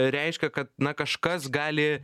reiškia kad na kažkas gali